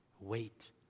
Wait